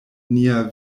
nia